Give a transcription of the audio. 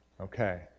Okay